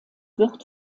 wird